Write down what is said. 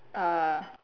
uh